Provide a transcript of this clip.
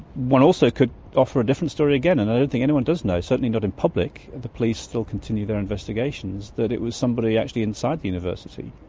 one also could offer a different story again, and i don't think anyone does know, certainly not in public. the police still continue their investigations that it was somebody actually inside the university.